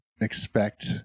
expect